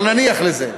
אבל נניח לזה.